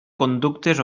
conductes